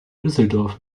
düsseldorf